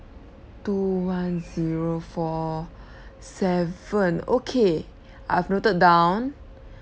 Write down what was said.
two one zero four seven okay I've noted down